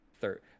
third